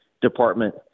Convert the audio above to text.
department